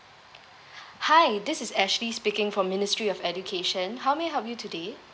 hi this is ashley speaking from ministry of education how may I help you today